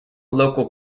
local